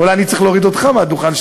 אולי אני צריך להוריד אותך מהדוכן,